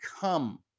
come